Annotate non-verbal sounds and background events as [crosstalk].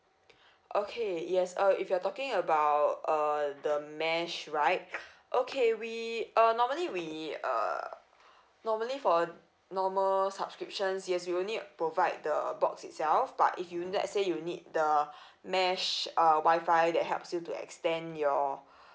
[breath] okay yes uh if you're talking about uh the mesh right [breath] okay we uh normally we uh normally for a normal subscriptions yes you will need provide the box itself but if you n~ let say you need the [breath] mesh uh wifi that helps you to extend your